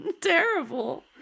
terrible